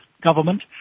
government